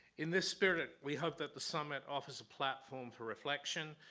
in this spirit, we hope that the summit offers a platform for reflection,